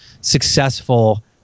successful